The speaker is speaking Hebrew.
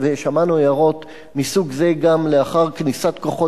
ושמענו הערות מסוג זה גם לאחר כניסת כוחות